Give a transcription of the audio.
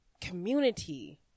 community